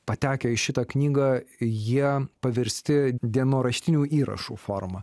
patekę į šitą knygą jie paversti dienoraštinių įrašų forma